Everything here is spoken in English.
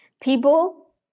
people